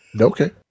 Okay